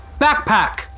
backpack